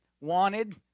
wanted